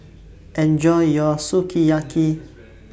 Enjoy your Sukiyaki